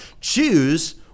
choose